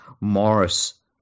Morris